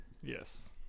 Yes